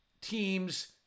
teams